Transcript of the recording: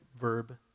verb